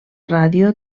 ràdio